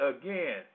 again